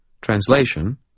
Translation